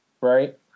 right